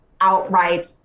outright